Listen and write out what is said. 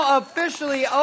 officially